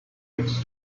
gets